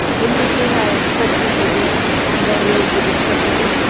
in between i expect you to read and then we will be discussing it.